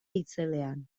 itzelean